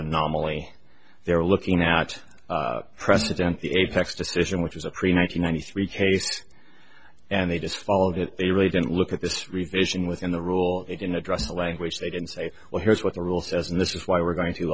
anomaly they're looking at president the apex decision which is a pre nine hundred ninety three case and they just followed it they really didn't look at this revision within the rule in address the language they didn't say well here's what the rule says and this is why we're going to